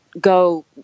go